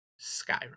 Skyrim